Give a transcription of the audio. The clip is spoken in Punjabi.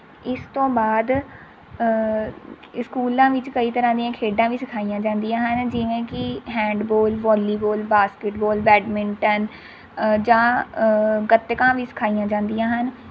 ਇਸ ਤੋਂ ਬਾਅਦ ਸਕੂਲਾਂ ਵਿੱਚ ਕਈ ਤਰ੍ਹਾਂ ਦੀਆਂ ਖੇਡਾਂ ਵੀ ਸਿਖਾਈਆਂ ਜਾਂਦੀਆਂ ਹਨ ਜਿਵੇਂ ਕਿ ਹੈਂਡਬੋਲ ਵੋਲੀਬੋਲ ਬਾਸਕਿਟਬੋਲ ਬੈਡਮਿੰਟਨ ਜਾਂ ਗਤਕਾ ਵੀ ਸਿਖਾਈਆਂ ਜਾਂਦੀਆਂ ਹਨ